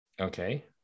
Okay